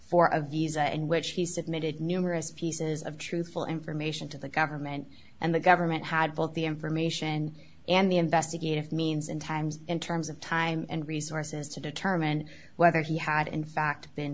for a visa in which he submitted numerous pieces of truthful information to the government and the government had both the information and the investigative means and times in terms of time and resources to determine whether he had in fact been